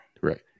Right